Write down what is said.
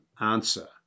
answer